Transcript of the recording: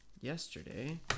yesterday